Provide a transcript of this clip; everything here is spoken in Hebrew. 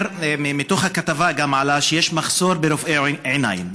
1. מתוך הכתבה גם עלה שיש מחסור ברופאי עיניים.